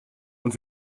und